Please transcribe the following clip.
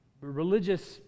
religious